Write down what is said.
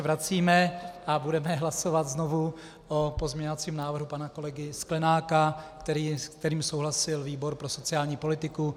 Vracíme se a budeme hlasovat znovu o pozměňovacím návrhu pana kolegy Sklenáka, s kterým souhlasil výbor prosociální politiku.